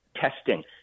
testing